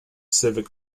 civic